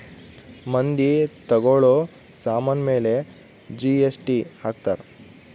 ಮಂದಿ ತಗೋಳೋ ಸಾಮನ್ ಮೇಲೆ ಜಿ.ಎಸ್.ಟಿ ಹಾಕ್ತಾರ್